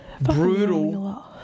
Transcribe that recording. brutal